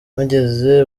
mpageze